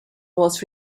was